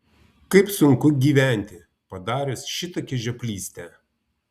kaip sunku gyventi padarius šitokią žioplystę